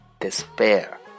despair